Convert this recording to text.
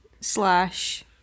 Slash